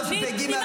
התשפ"ג 2023,